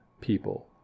people